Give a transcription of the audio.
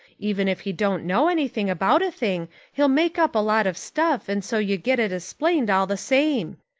even if he don't know anything about a thing he'll make up a lot of stuff and so you get it esplained all the same.